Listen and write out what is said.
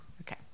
okay